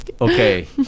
Okay